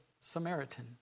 samaritan